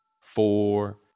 four